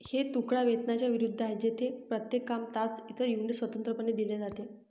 हे तुकडा वेतनाच्या विरुद्ध आहे, जेथे प्रत्येक काम, तास, इतर युनिट स्वतंत्रपणे दिले जाते